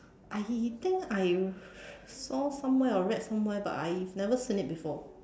I think I saw somewhere or read somewhere but I've never seen it before